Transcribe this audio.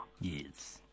Yes